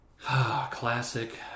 classic